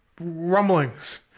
rumblings